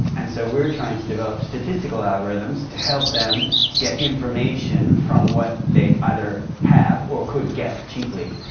and so we are trying to develop statistical algorithms to help them get information from what they either have or could get cheaply.